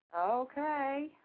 Okay